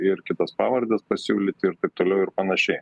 ir kitas pavardes pasiūlyti ir taip toliau ir panašiai